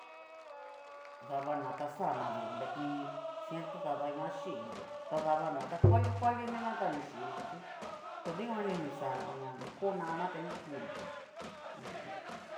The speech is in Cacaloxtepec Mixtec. Dabana ta xana dionre iin ciento tada nguan xhína, tadabana ta kuali kualinina ta ni xhiina chí, pos dikuani ni xana ña ho ko na'na a ngu kuna mm jum.